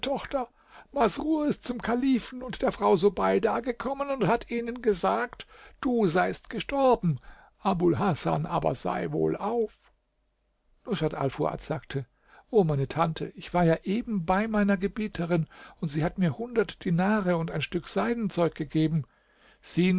tochter masrur ist zum kalifen und der frau subeida gekommen und hat ihnen gesagt du seist gestorben abul hasan aber sei wohl auf rushat alfuad sagte o meine tante ich war ja eben bei meiner gebieterin und sie hat mir hundert dinare und ein stück seidenzeug gegeben sieh